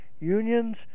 unions